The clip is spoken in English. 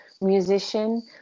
musician